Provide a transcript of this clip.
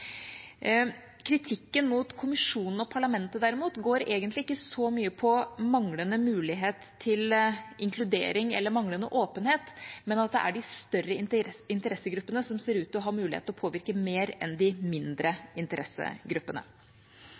Kritikken mot Kommisjonen og Parlamentet, derimot, går egentlig ikke så mye på manglende mulighet til inkludering eller manglende åpenhet, men at det er de større interessegruppene som ser ut til å ha mulighet til å påvirke mer enn de mindre interessegruppene.